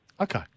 Okay